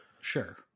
Sure